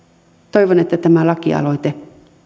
toivon että tämä lakialoite